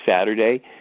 saturday